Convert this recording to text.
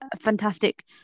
fantastic